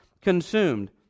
consumed